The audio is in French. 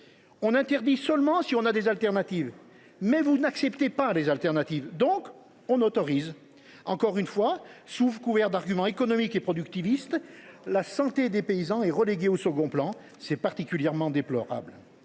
on interdit seulement si on a des alternatives, mais comme vous ne voulez pas ces alternatives, on autorise ! Encore une fois, sous couvert d’arguments économiques et productivistes, la santé des paysans est reléguée au second plan. C’est particulièrement déplorable.